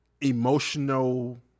emotional